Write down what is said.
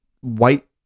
white